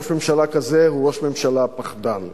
ראש ממשלה כזה הוא ראש ממשלה פחדן.